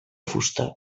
fusta